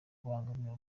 kubangamira